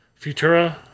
Futura